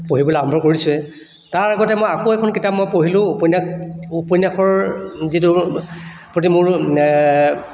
পঢ়িবলৈ আৰম্ভ কৰিছোৱে তাৰ আগতে মই আকৌ এখন কিতাপ মই পঢ়িলো উপন্য়াস উপন্যাসৰ যিটো প্ৰতি মোৰ